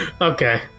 Okay